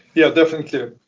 yeah, definitely.